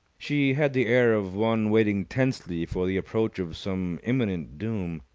she had the air of one waiting tensely for the approach of some imminent doom.